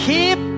Keep